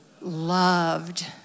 Loved